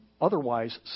otherwise